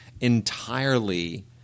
entirely